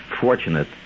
fortunate